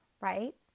right